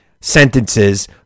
sentences